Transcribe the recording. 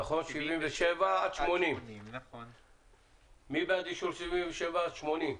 77 עד 80. מי בעד אישור סעיפים 77 עד 80?